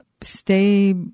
stay